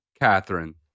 Catherine